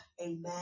amen